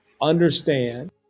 understand